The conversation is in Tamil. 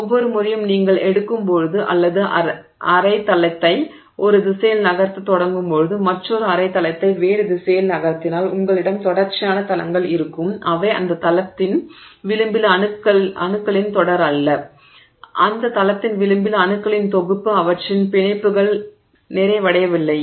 ஒவ்வொரு முறையும் நீங்கள் எடுக்கும் போது அல்லது அரை தளத்தை ஒரு திசையில் நகர்த்தத் தொடங்கும் போது மற்றொரு அரை தளத்தை வேறு திசையில் நகர்த்தினால் உங்களிடம் தொடர்ச்சியான தளங்கள் இருக்கும் அவை அந்த தளத்தின் விளிம்பில் அணுக்களின் தொடர் அல்ல அந்த தளத்தின் விளிம்பில் அணுக்களின் தொகுப்பு அவற்றின் பிணைப்புகள் நிறைவடையவில்லை